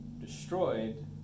destroyed